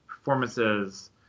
performances